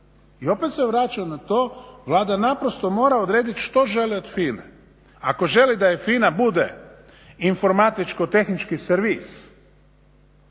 I opet se vraćam na to Vlada naprosto mora odrediti što želi od FINA-e. Ako želi da joj FINA bude informatičko-tehnički servis